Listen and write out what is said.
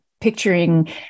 picturing